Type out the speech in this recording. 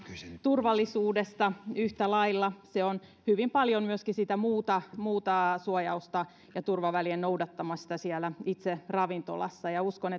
turvallisuudesta yhtä lailla se on hyvin paljon myöskin sitä muuta suojausta ja turvavälien noudattamista siellä itse ravintolassa ja uskon